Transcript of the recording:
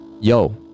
Yo